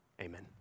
Amen